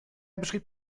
beschrieb